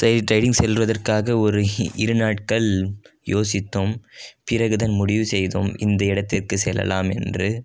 driving செல்வதற்காக ஒரு இரு நாட்கள் யோசித்தோம் பிறகுதான் முடிவு செய்தோம் இந்த இடத்திற்கு செல்லலாம் என்று